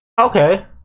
Okay